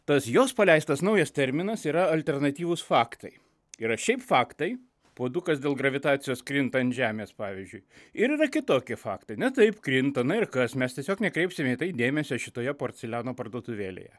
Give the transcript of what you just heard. tas jos paleistas naujas terminas yra alternatyvūs faktai yra šiaip faktai puodukas dėl gravitacijos krinta ant žemės pavyzdžiui ir yra kitokie faktai na taip krinta na ir kas mes tiesiog nekreipsime į tai dėmesio šitoje porceliano parduotuvėlėje